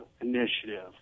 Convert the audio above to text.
initiative